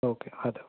okay آداب